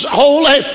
holy